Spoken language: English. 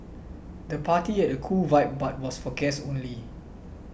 the party had a cool vibe but was for guests only